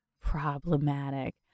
Problematic